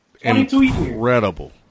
incredible